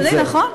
אדוני, נכון.